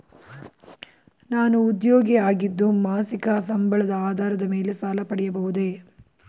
ನಾನು ಉದ್ಯೋಗಿ ಆಗಿದ್ದು ಮಾಸಿಕ ಸಂಬಳದ ಆಧಾರದ ಮೇಲೆ ಸಾಲ ಪಡೆಯಬಹುದೇ?